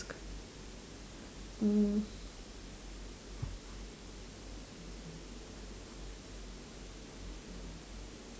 mm